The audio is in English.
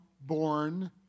born